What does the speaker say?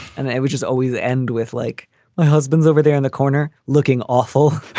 and and would just always end with like my husband's over there in the corner looking awful